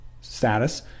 status